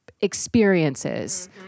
experiences